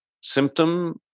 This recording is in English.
Symptom